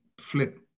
flip